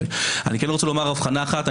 אני רק רוצה לומר הבחנה אחת.